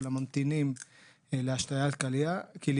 של הממתינים להשתלת כליה.